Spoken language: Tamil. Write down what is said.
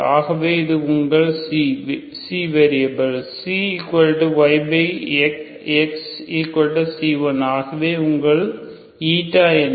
ஆகவே இது உங்கள் ξ வெரியபில் ξyxc1 ஆகவே உங்கள் η என்ன